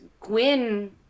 Gwyn